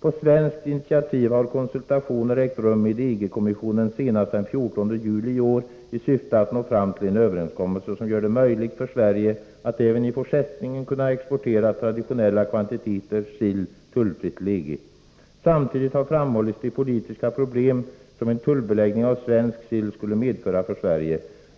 ”På svenskt initiativ har konsultationer ägt rum med EG-kommissionen, senast den 14 juli i år, i syfte att nå fram till en överenskommelse, som gör det möjligt för Sverige att även i fortsättningen kunna exportera traditionella kvantiteter sill tullfritt till EG. Samtidigt har framhållits de politiska problem som en tullbeläggning av svensk sill skulle medföra för Sverige.